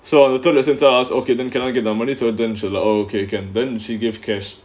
so I don't listen to us okay then cannot get the money to a dental okay can then she give cash